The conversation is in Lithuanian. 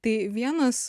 tai vienas